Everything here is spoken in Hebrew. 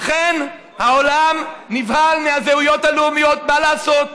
אכן, העולם נבהל מהזהויות הלאומיות, מה לעשות?